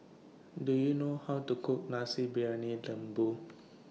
Do YOU know How to Cook Nasi Briyani Lembu